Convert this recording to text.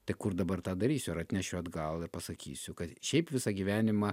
tai kur dabar tą darysiu ar atnešiu atgal ir pasakysiu kad šiaip visą gyvenimą